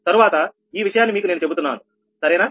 తరువాత ఈ విషయాన్ని మీకు నేను చెబుతాను సరేనా